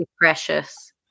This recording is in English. precious